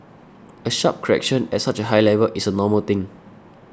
a sharp correction at such a high level is a normal thing